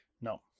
No